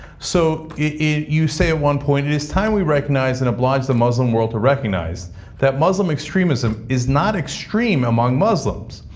so, you say at one point, it is time we recognize and oblige the muslim world to recognize that muslim extremism is not extreme among muslims.